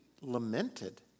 lamented